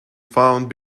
found